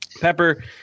Pepper